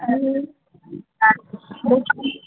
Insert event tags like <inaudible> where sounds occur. <unintelligible>